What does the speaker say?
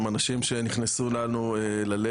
הם אנשים שנכנסו לנו ללב,